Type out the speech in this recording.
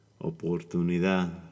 oportunidad